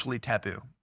taboo